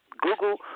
Google